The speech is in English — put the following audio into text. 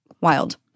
Wild